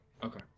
Okay